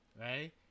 right